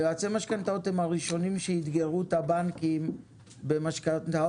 יועצי המשכנתאות הם הראשונים שאתגרו את הבנקים במשכנתאות